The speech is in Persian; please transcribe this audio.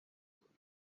کنم